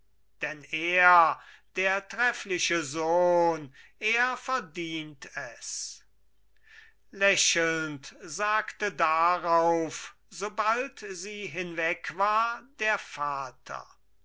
denn er der treffliche sohn er verdient es lächelnd sagte darauf sobald sie hinweg war der vater